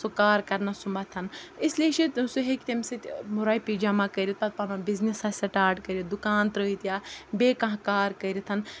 سُہ کار کَرنَس سُمَتھ اِسلیے چھِ سُہ ہیٚکہِ تَمہِ سۭتۍ رۄپیہِ جمع کٔرِتھ پَتہٕ پَنُن بِزنِسا سٕٹاٹ کٔرِتھ دُکان ترٲیِتھ یا بیٚیہِ کانٛہہ کار کٔرِتھ